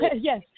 Yes